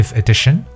edition